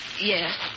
Yes